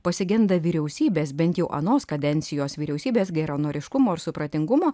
pasigenda vyriausybės bent jau anos kadencijos vyriausybės geranoriškumo ir supratingumo